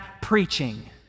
preaching